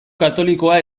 katolikoa